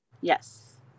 Yes